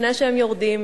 לפני שהם יורדים